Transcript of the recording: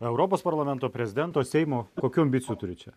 europos parlamento prezidento seimo kokių ambicijų turit čia